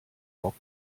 bock